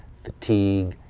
fatigue,